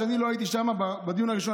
לא הייתי שם בדיון הראשון,